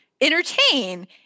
entertain